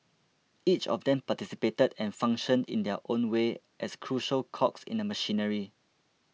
each of them participated and functioned in their own way as crucial cogs in the machinery